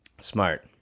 Smart